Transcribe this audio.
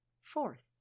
Fourth